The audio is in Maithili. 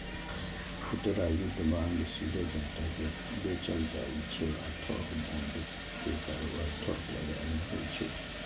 खुदरा युद्ध बांड सीधे जनता कें बेचल जाइ छै आ थोक बांड के कारोबार थोक बाजार मे होइ छै